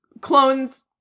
clones